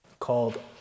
called